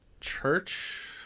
church